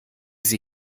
sie